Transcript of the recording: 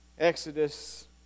Exodus